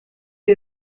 sie